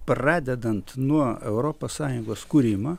pradedant nuo europos sąjungos kūrimą